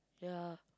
ya